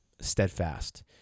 steadfast